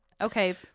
Okay